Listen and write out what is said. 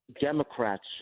democrats